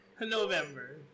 November